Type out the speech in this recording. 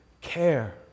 care